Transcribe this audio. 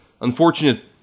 unfortunate